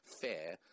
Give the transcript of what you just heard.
fair